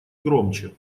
громче